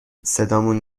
صدامون